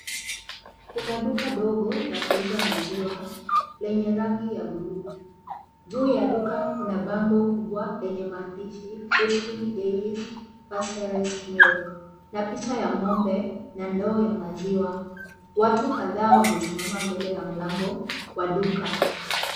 Kuna duka dogo la kuuza maziwa, lenye rangi ya buluu. Juu ya duka kuna bango kubwa lenye maandishi: Destiny Dairy, Pastoral Milk , na pita ya ng'ombe, na ndoo ya maziwa. Watu kadhaa wamesimama mbele ya mlango wa duka.